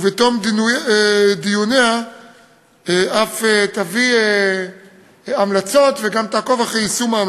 ובתום דיוניה אף תביא המלצות וגם תעקוב אחרי יישומן.